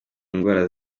indwara